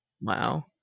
Wow